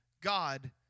God